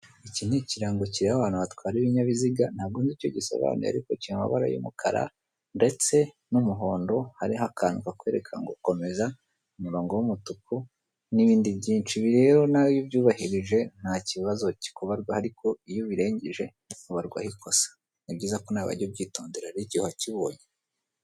Iki ni ikirango kireba abantu batwara ibinyabiziga ntabwo nzi icyo gisobanuye ariko kiri mu mabara y'umukara ndetse n'umuhondo. Haririho akantu kakwereka ngo komeza, umurongo w'umutuku n'ibindi byinshi, ibi rero iyo ubyubahirije ntakibazo kikubarwaho ariko iyo ubirengeje ubarwaho ikosa. Ni byiza ko nawe wajya ubyitondera igihe wakibonye.